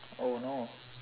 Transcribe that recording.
oh no